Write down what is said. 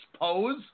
pose